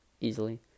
easily